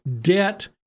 debt